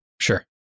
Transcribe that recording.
Sure